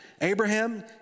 Abraham